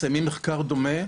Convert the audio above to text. מסיימים מחקר דומה,